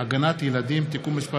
(הגנת ילדים) (תיקון מס'